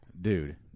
Dude